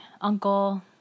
uncle